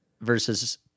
versus